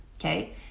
Okay